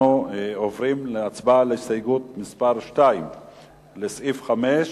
אנחנו עוברים להצבעה על הסתייגות מס' 2 לסעיף 5,